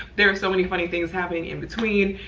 there's so many funny things happening in between.